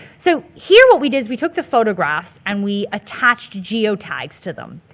so here what we did is we took the photographs and we attached geotags to them.